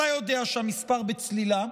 אתה יודע שהמספר בצלילה,